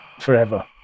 forever